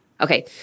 Okay